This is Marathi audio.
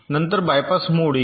नंतर बायपास मोड येईल